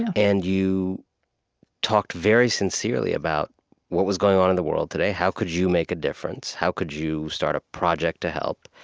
and you talked very sincerely about what was going on in the world today, how could you make a difference, how could you start a project to help.